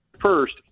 First